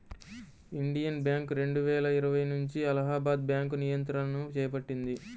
Indian Bank రెండువేల ఇరవై నుంచి అలహాబాద్ బ్యాంకు నియంత్రణను చేపట్టింది